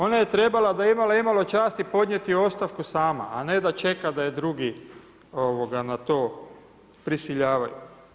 Ona je trebala da je imala imalo časti podnijeti ostavku sama, a ne da čeka da je drugi na to prisiljavaju.